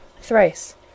thrice